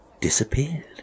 disappeared